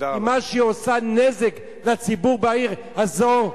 כי מה שהיא עושה נזק לציבור בעיר הזו,